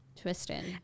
Twisted